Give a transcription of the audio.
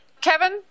Kevin